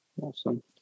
Awesome